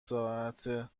ساعت